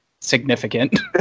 significant